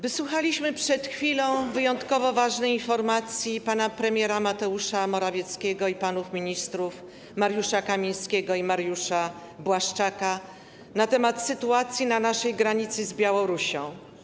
Wysłuchaliśmy przed chwilą wyjątkowo ważnej informacji pana premiera Mateusza Morawieckiego i panów ministrów Mariusza Kamińskiego i Mariusza Błaszczaka na temat sytuacji na naszej granicy z Białorusią.